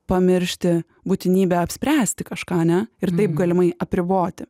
pamiršti būtinybę apspręsti kažką ane ir taip galimai apriboti